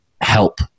help